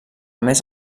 més